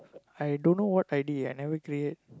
I don't know what I_D I never create